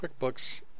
QuickBooks